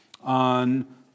on